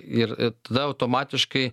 ir tada automatiškai